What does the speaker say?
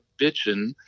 bitching